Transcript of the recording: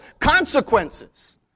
consequences